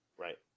Right